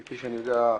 כפי שאני יודע,